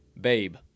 Babe